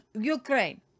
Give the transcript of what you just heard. Ukraine